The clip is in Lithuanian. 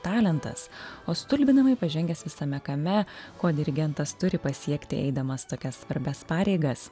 talentas o stulbinamai pažengęs visame kame ko dirigentas turi pasiekti eidamas tokias svarbias pareigas